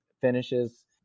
finishes